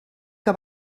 que